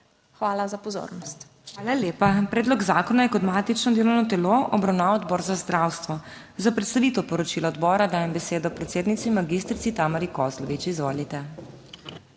MAG. MEIRA HOT:** Hvala lepa. Predlog zakona je kot matično delovno telo obravnaval Odbor za zdravstvo. Za predstavitev poročila odbora dajem besedo predsednici magistrici Tamari Kozlovič. Izvolite.